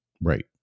Right